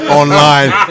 online